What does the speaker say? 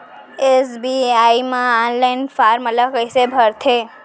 SBI म online form ल कइसे भरथे?